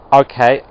okay